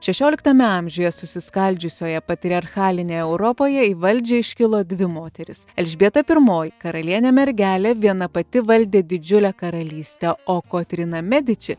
šešioliktame amžiuje susiskaldžiusioje patriarchalinėje europoje į valdžią iškilo dvi moterys elžbieta pirmoji karalienė mergelė viena pati valdė didžiulę karalystę o kotryna mediči